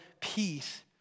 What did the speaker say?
peace